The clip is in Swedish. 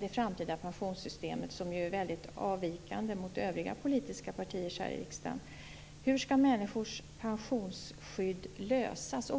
det framtida pensionssystemet är ju väldigt avvikande mot övriga politiska partiers här i riksdagen. Jag undrar också hur människors pensionsskydd skall lösas?